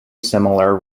similar